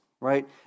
right